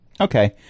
Okay